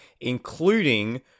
including